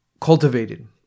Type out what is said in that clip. cultivated